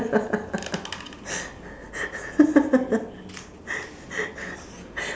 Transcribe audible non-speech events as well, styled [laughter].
[laughs]